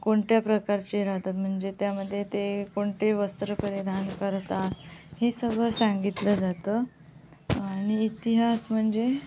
कोणत्या प्रकारचे राहतात म्हणजे त्यामध्ये ते कोणते वस्त्र परिधान करतात हे सगळं सांगितलं जातं आणि इतिहास म्हणजे